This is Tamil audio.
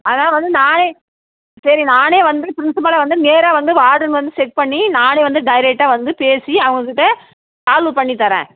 அதான் வந்து நானே சரி நானே வந்து பிரின்சிபலை வந்து நேராக வந்து வார்டன் வந்து செக் பண்ணி நானே வந்து டைரெக்டாக வந்து பேசி அவங்ககிட்ட சால்வு பண்ணித் தர்றேன்